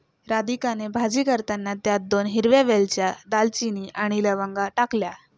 राधिकाने भाजी करताना त्यात दोन हिरव्या वेलच्या, दालचिनी आणि लवंगा टाकल्या